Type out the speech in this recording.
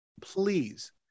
please